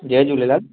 Jay Jhulelal